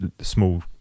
small